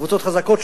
קבוצות חזקות,